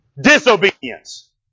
Disobedience